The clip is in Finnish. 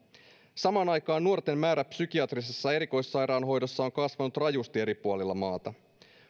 samaan aikaan nuorten määrä psykiatrisessa erikoissairaanhoidossa on kasvanut rajusti eri puolilla maata